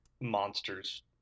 monsters